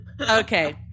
Okay